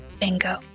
Bingo